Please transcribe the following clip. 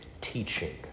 teaching